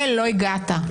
הגעת,